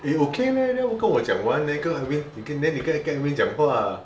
eh okay leh then 跟我讲 one week then 跟 Edwin then 你可以跟 Edwin 讲话